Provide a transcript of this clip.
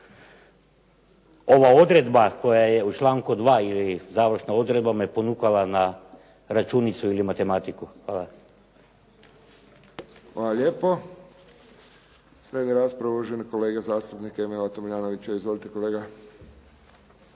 Ova odredba koja je u članku 2. ili završna odredba me ponukala na računicu ili matematiku. Hvala. **Friščić, Josip (HSS)** Hvala lijepo. Slijedi rasprava uvaženog kolege zastupnika Emila Tomljanovića. Izvolite kolega.